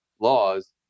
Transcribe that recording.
laws